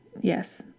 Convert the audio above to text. Yes